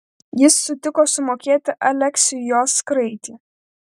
jis sutiko sumokėti aleksiui jos kraitį